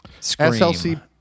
SLC